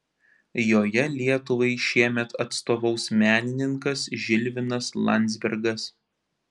joje lietuvai šiemet atstovaus menininkas žilvinas landzbergas